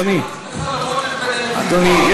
אדוני,